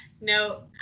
No